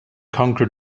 conquer